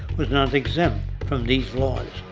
was not exempt from these laws.